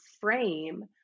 frame